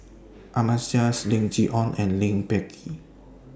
Ahmad Jais Lim Chee Onn and Lee Peh Gee